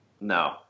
No